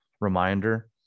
reminder